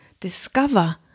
discover